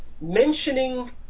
mentioning